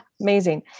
Amazing